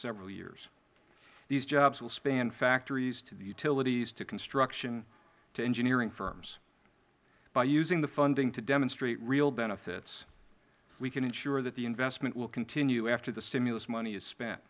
several years alone these jobs will span factories to utilities to construction to engineering firms by using the funding to demonstrate real benefits we can ensure that the investment will continue after the stimulus money is spent